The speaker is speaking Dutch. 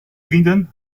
vrienden